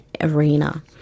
Arena